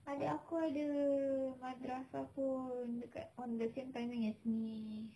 adik aku ada madrasah pun dekat on the same timing as me